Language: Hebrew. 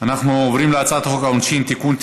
אנחנו עוברים להצעת חוק העונשין (תיקון,